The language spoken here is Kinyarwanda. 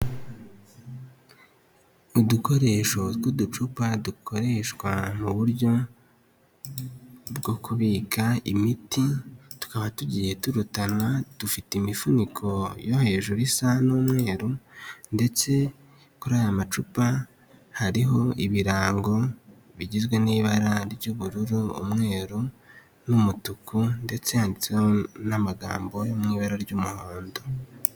Udukoresho tw'uducupa dukoreshwa mu buryo bwo kubika imiti, tukaba tugiye turutanwa dufite imifuniko yo hejuru isa n'umweru ndetse kuri aya macupa hariho ibirango bigizwe n'ibara ry'ubururu umweru n'umutuku ndetse handitseho n'amagambo yo mu ibara ry'umuhondo.